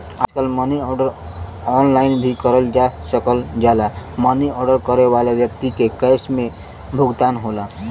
आजकल money order online भी करल जा सकल जाला मनी आर्डर करे वाले व्यक्ति के कैश में भुगतान होला